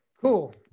Cool